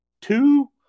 two